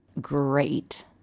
great